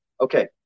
Okay